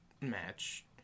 match